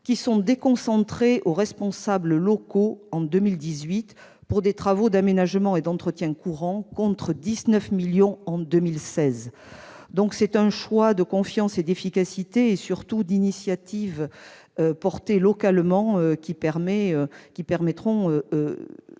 -sont déconcentrés aux responsables locaux pour des travaux d'aménagement et d'entretien courant, contre 19 millions d'euros en 2016. Il traduit un choix de confiance et d'efficacité. Ces initiatives portées localement permettront